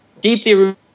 deeply